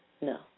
No